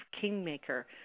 kingmaker